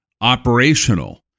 operational